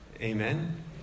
Amen